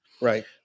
right